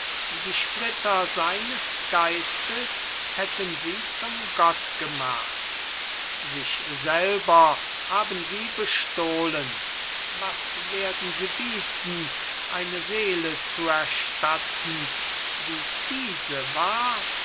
die splitter seines geistes hätten sie zum gott gemacht sich selber haben sie bestohlen was werden sie bieten eine seele zu erstatten wie diese war